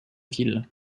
ville